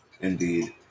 Indeed